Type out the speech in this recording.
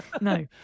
no